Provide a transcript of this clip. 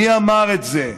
מי אמר את זה?